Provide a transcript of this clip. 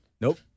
Nope